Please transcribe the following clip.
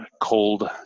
cold